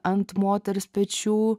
ant moters pečių